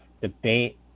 debate